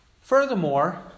Furthermore